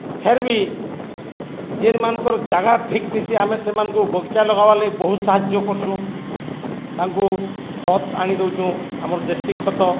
ଫେର୍ ବିି ଯେନ୍ମାନ୍ଙ୍କର୍ ଜାଗା ଠିକ୍ ଥିସି ଆମେ ସେମାନଙ୍କୁ ବଗିଚା ଲଗାବାଲାଗି ବହୁତ୍ ସାହାଯ୍ୟ କର୍ସୁଁ ତାଙ୍କୁ ଖତ୍ ଆଣି ଦଉଚୁଁ ଆମର୍ ଦେଶୀ ଖତ